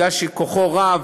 בגלל שכוחו רב,